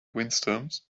windstorms